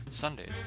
Sundays